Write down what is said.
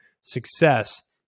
success